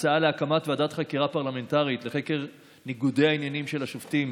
ההצעה להקמת ועדת חקירה פרלמנטרית לחקר ניגודי העניינים של השופטים